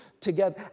together